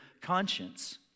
conscience